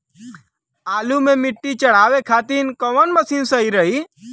आलू मे मिट्टी चढ़ावे खातिन कवन मशीन सही रही?